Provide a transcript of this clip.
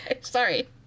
Sorry